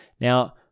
Now